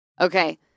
Okay